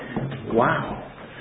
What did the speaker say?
Wow